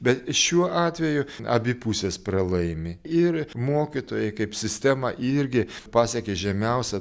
bet šiuo atveju abi pusės pralaimi ir mokytojai kaip sistema irgi pasiekė žemiausią